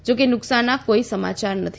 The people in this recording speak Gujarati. જોકે નુકસાનના કોઈ સમાચાર નથી